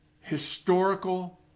historical